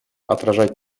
отражать